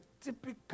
typical